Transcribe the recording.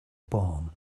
born